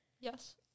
yes